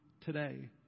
today